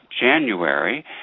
January